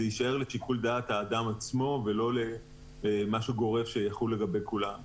זה יישאר לשיקול דעת האדם עצמו ולא משהו גורף שיחול על כולם.